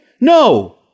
No